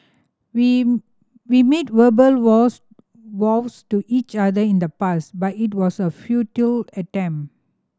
we we made verbal vows vows to each other in the past but it was a futile attempt